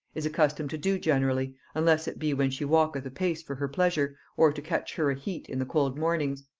is accustomed to do generally, unless it be when she walketh apace for her pleasure, or to catch her a heat in the cold mornings.